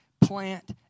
plant